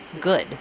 Good